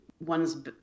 one's